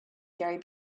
gary